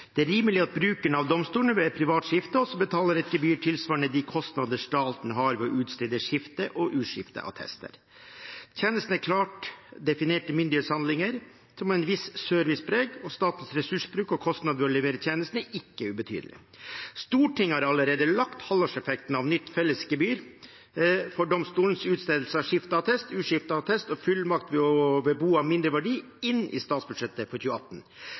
Det er rimelig at brukerne av domstolene ved privat skifte også betaler et gebyr tilsvarende de kostnader staten har ved å utstede skifte- og uskifteattester. Tjenestene er klart definerte myndighetshandlinger, med et visst servicepreg, og statens ressursbruk og kostnader ved å levere tjenestene er ikke ubetydelige. Stortinget har allerede lagt halvårseffekten av nytt fellesgebyr for domstolens utstedelse av skifteattest, uskifteattest og fullmakt ved bo av mindre verdi inn i statsbudsjettet for 2018.